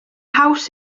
haws